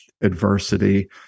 adversity